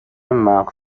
مغر